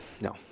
No